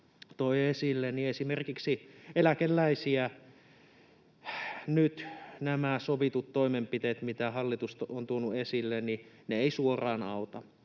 esimerkiksi eläkeläisiä nyt nämä sovitut toimenpiteet, mitä hallitus on tuonut esille, eivät suoraan auta,